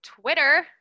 Twitter